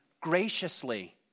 graciously